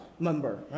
Member